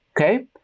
Okay